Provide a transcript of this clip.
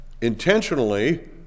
intentionally